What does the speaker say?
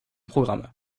programme